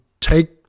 take